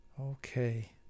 Okay